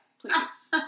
please